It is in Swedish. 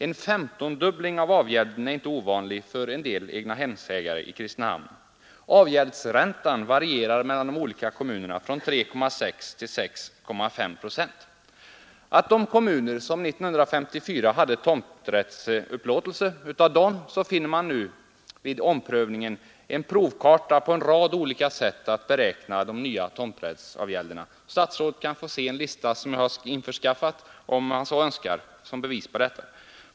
En 15-dubbling av avgälden är inte ovanlig för en del egnahemsägare i Kristinehamn. Avgäldsräntan varierar mellan de olika kommunerna från 3,6 till 6,5 procent. Hos de kommuner som 1954 hade tomträttsupplåtelse finner man nu vid omprövningen en provkarta på en rad olika sätt att beräkna den nya tomträttsavgälden. Herr statsrådet kan få se en lista jag har inskaffat som bevis för detta, om han så önskar.